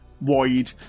Wide